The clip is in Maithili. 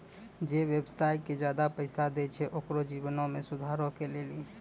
जे व्यवसाय के ज्यादा पैसा दै छै ओकरो जीवनो मे सुधारो के लेली